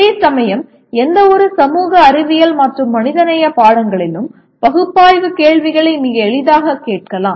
அதேசமயம் எந்தவொரு சமூக அறிவியல் மற்றும் மனிதநேய பாடங்களிலும் பகுப்பாய்வு கேள்விகளை மிக எளிதாக கேட்கலாம்